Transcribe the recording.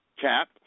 Cap